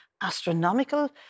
astronomical